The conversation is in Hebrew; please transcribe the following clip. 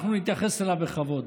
אנחנו נתייחס אליו בכבוד,